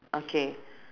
okay